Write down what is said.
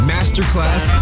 Masterclass